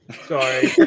Sorry